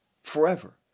Forever